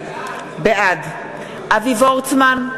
בעד אבי וורצמן,